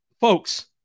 Folks